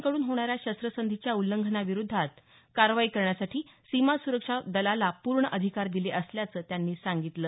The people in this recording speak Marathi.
पाकिस्तानकडून होणाऱ्या शस्त्रसंधीच्या उल्लंघनाविरुद्ध कारवाई करण्यासाठी सीमा सुरक्षा बलाला पूर्ण अधिकार दिले असल्याचं त्यांनी सांगितलं